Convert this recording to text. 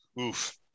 oof